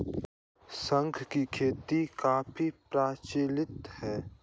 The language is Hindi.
शंख की खेती काफी प्रचलित है